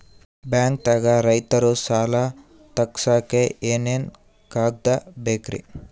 ಬ್ಯಾಂಕ್ದಾಗ ರೈತರ ಸಾಲ ತಗ್ಸಕ್ಕೆ ಏನೇನ್ ಕಾಗ್ದ ಬೇಕ್ರಿ?